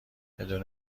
بدون